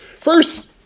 First